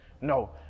No